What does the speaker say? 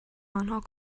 آنها